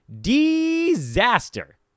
disaster